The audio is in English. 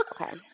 Okay